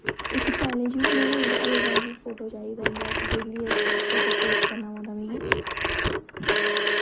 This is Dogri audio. इक चैलेंज बी बनाना होंदा ओह्दे ताईं बी फोटो चाहिदा होंदा डेली इक फोटो पोस्ट करना पौंदा मिगी